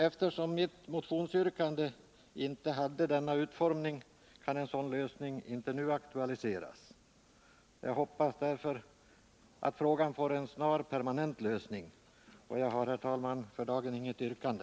Eftersom mitt motionsyrkande inte hade denna utformning kan en sådan lösning nu inte aktualiseras. Jag hoppas därför att frågan snarast får en permanent lösning. Jag har för dagen inget yrkande.